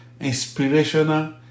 inspirational